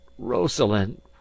Rosalind